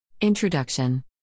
Introduction